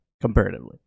comparatively